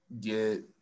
get